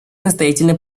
настоятельно